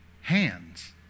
hands